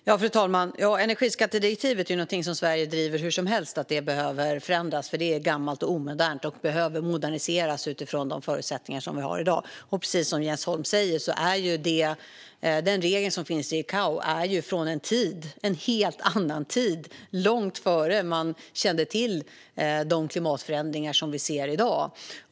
Fru talman! Att energiskattedirektivet behöver förändras är någonting som Sverige driver hur som helst, för det är gammalt och omodernt och behöver moderniseras utifrån de förutsättningar som vi har i dag. Precis som Jens Holm säger är den regel som finns i ICAO från en helt annan tid, långt innan man kände till de klimatförändringar som vi ser i dag.